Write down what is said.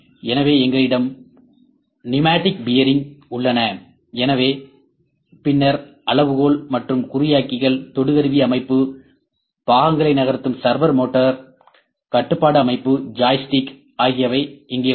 எனவே எங்களிடம் pneumatic bearing உள்ளன எனவே பின்னர் அளவுகோல் மற்றும் குறியாக்கிகள் தொடு கருவிஅமைப்பு பாகங்களை நகர்த்தும் சர்வோ மோட்டார்கள் கட்டுப்பாட்டு அமைப்புஜாய்ஸ்டிக் ஆகியவை இங்கே உள்ளன